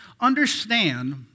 understand